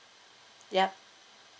yup